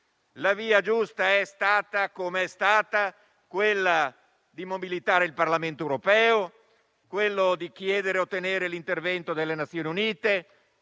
La via giusta è stata, come è stata, quella di mobilitare il Parlamento europeo, di chiedere ed ottenere l'intervento delle Nazioni Unite,